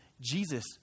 Jesus